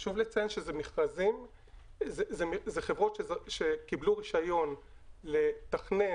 חשוב לציין שזה חברות שקיבלו רישיון לתכנן,